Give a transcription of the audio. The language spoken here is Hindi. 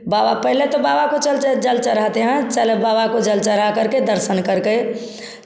बाबा पहले तो बाबा को जल चढ़ाते हैं चल बाबा को जल चढ़ा करके दर्शन करके